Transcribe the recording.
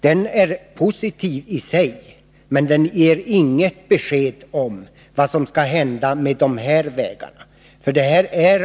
Den politiken är positiv i sig men innebär inget besked om vad som skall hända med de vägar som jag har frågat om.